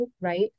right